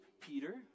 Peter